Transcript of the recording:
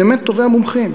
באמת טובי המומחים,